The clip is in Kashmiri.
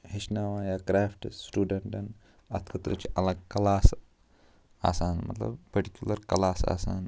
ہیٚچھناوان یا کرٛیٚفٹہٕ سِٹوٗڈَنٛٹَن اَتھ خٲطرٕ چھِ الگ کلاس آسان مطلب پٔٹِکیوٗلَر کلاس آسان